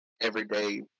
everyday